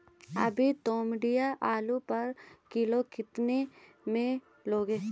अभी तोमड़िया आलू पर किलो कितने में लोगे?